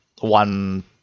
one